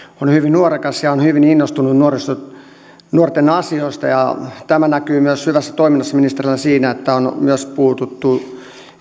on hyvin nuorekas ja on hyvin innostunut nuorten asioista tämä näkyy myös hyvässä toiminnassa ministerillä siinä että on myös puututtu